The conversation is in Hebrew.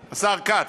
כץ,